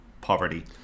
poverty